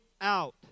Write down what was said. out